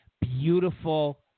beautiful